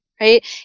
Right